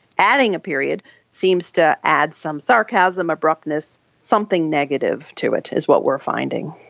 adding a period seems to add some sarcasm, abruptness, something negative to it is what we are finding.